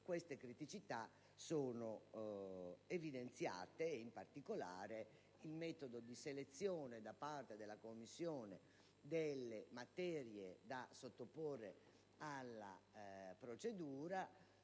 queste criticità sono evidenziate, in particolare il metodo di selezione da parte della Commissione delle materie da sottoporre alla procedura